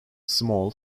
small